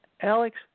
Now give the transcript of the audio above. Alex